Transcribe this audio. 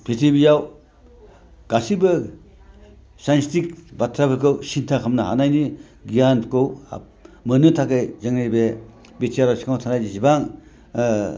फ्रिथिबिआव गासिबो साइनटिफिक बाथ्राफोरखौ सिन्था खालामनो हानायनि गियानखौ मोननो थाखाय जोङो बे बिटिआरनि सिङाव थानाय जिसेबां